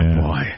boy